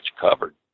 covered